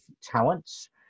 talents